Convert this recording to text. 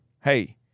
Hey